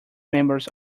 members